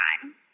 time